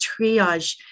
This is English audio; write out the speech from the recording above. triage